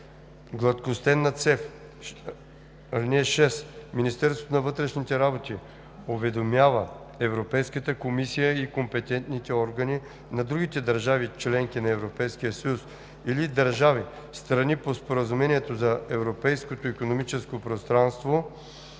гладкостенна цев. (6) Министерството на вътрешните работи уведомява Европейската комисия и компетентните органи на другите държави – членки на Европейския съюз, или държави – страни по Споразумението за Европейското икономическо пространство,